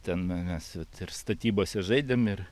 ten mes ir statybose žaidėm ir